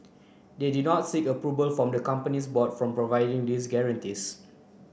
they did not seek approval from the company's board for providing these guarantees